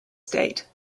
state